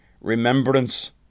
remembrance